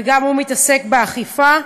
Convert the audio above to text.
וגם הוא מתעסק באכיפה.